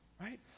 right